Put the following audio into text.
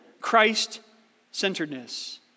Christ-centeredness